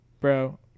Bro